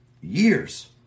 years